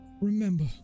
remember